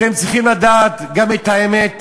אתם צריכים לדעת גם את האמת,